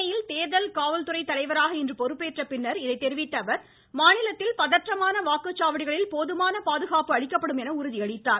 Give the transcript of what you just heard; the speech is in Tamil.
சென்னையில் தேர்தல் காவல்துறை தலைவராக இன்று பொறுப்பேற்ற பின்னர் இதை தெரிவித்த அவர் மாநிலத்தில் பதற்றமான வாக்குச்சாவடிகளில் போதுமான பாதுகாப்பு அளிக்கப்படும் என்று உறுதியளித்தார்